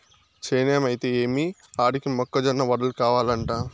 చేనేమైతే ఏమి ఆడికి మొక్క జొన్న వడలు కావలంట